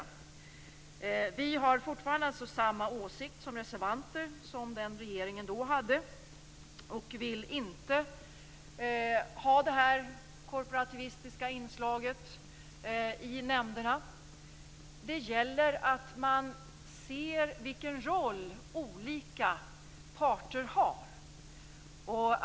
Vi reservanter har fortfarande samma åsikt som regeringen hade då. Vi vill inte ha detta korporativistiska inslag i nämnderna. Det gäller att man ser vilken roll olika parter har.